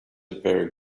very